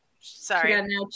Sorry